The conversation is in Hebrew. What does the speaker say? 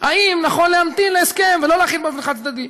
האם נכון להמתין להסכם ולא להחיל באופן חד-צדדי?